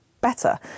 better